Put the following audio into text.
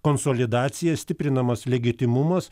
konsolidacija stiprinamas legitimumas